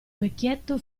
vecchietto